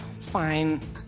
Fine